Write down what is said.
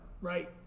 Right